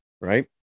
right